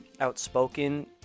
outspoken